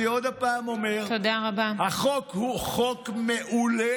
אני אומר עוד פעם: החוק הוא חוק מעולה,